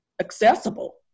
accessible